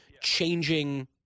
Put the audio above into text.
changing –